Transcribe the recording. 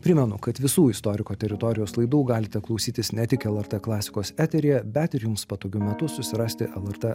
primenu kad visų istoriko teritorijos laidų galite klausytis ne tik lrt klasikos eteryje bet ir jums patogiu metu susirasti lrt